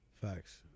Facts